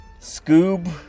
Scoob